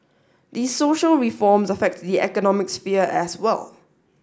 these social reforms affect the economic sphere as well